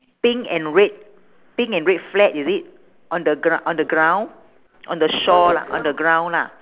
pink and red pink and red flag is it on the grou~ on the ground on the shore lah on the ground lah